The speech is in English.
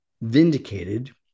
vindicated